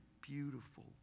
beautiful